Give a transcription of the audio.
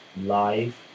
live